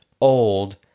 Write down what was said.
old